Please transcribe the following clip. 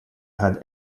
had